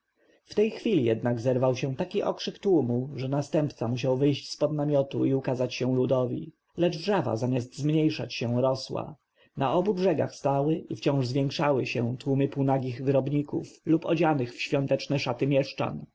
tej chwili jednak zerwał się taki okrzyk tłumu że następca musiał wyjść z pod namiotu i ukazać się ludowi lecz wrzawa zamiast zmniejszyć się rosła na obu brzegach stały i wciąż zwiększały się tłumy półnagich wyrobników lub odzianych w świąteczne szaty mieszczan